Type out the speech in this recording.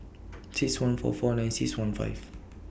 six one four four nine six one five